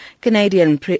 Canadian